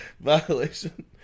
violation